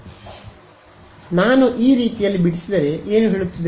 ಆದ್ದರಿಂದ ಈ ನಾನು ಈ ರೀತಿಯಲ್ಲಿ ಬಿಡಿಸಿದರೆ ಏನು ಹೇಳುತ್ತಿದೆ